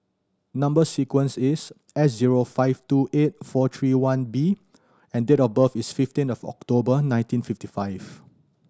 number sequence is S zero five two eight four three one B and date of birth is fifteen of October nineteen fifty five